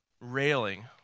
railing